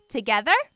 Together